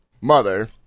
mother-